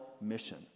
mission